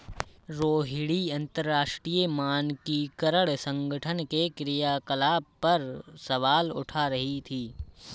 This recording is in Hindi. रोहिणी अंतरराष्ट्रीय मानकीकरण संगठन के क्रियाकलाप पर सवाल उठा रही थी